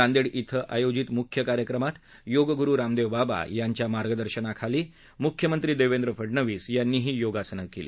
नांदेड इथं आयोजित मुख्य कार्यक्रमात योग गुरु बाबा रामदेव यांच्या मार्गदर्शनाखाली मुख्यमंत्री देवेंद्र फडनवीस यांनीही योगासनं केली